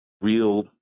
real